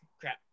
crap